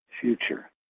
future